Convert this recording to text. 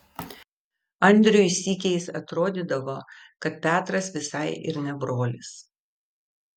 andriui sykiais atrodydavo kad petras visai ir ne brolis